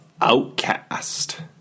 Outcast